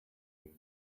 give